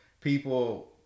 people